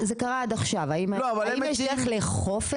זה קרה עד עכשיו אבל השאלה האם יש דרך לאכוף את זה?